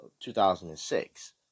2006